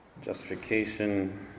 Justification